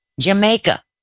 Jamaica